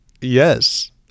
Yes